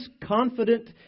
confident